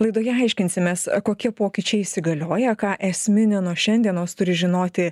laidoje aiškinsimės kokie pokyčiai įsigalioja ką esminį nuo šiandienos turi žinoti